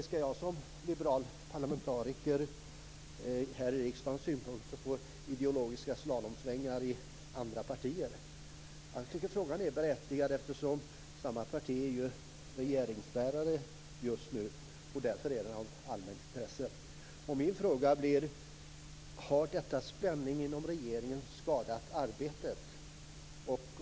Skall jag som liberal parlamentariker här i riksdagen ha synpunkter på ideologiska slalomsvängar i andra partier? Jag tycker att frågan är berättigad eftersom samma parti är regeringsbärare, och därför är frågan av allmänt intresse. Har denna spänning inom regeringen skadat arbetet?